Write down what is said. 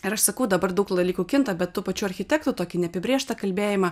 ir aš sakau dabar daug dalykų kinta bet tų pačių architektų tokį neapibrėžtą kalbėjimą